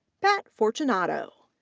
pat fortunato,